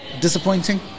Disappointing